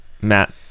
matt